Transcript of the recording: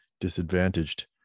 disadvantaged